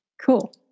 Cool